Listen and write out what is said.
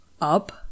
up